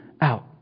out